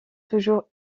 toujours